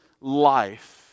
life